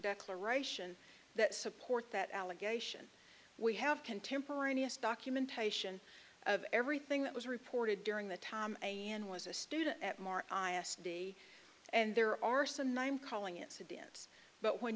declaration that support that allegation we have contemporaneous documentation of everything that was reported during the time and was a student at more honesty and there are some name calling incidents but when